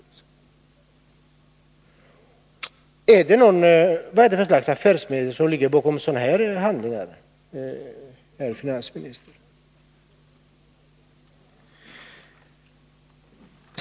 Vad är det för slags affärsmässiga principer bakom sådant handlande, herr finansminister?